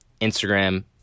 instagram